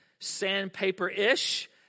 sandpaper-ish